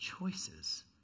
choices